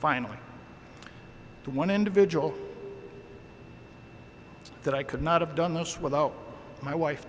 to one individual that i could not have done this without my wife